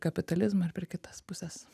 kapitalizmą ir per kitas puses